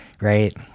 right